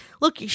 look